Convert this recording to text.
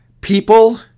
people